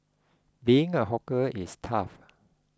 being a hawker is tough